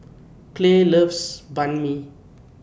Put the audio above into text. Clay loves Banh MI